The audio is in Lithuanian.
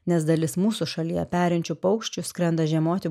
nes dalis mūsų šalyje perinčių paukščių skrenda žiemoti